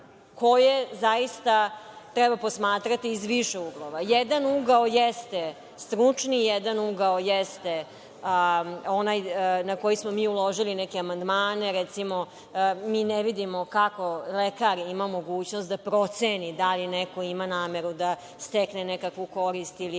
koje zaista treba posmatrati iz više uglova. Jedan ugao jeste stručni, jedan ugao jeste onaj na koji smo mi uložili neke amandmane. Recimo, mi ne vidimo kako lekar ima mogućnost da proceni da li neko ima nameru da stekne nekakvu korist ili